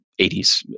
80s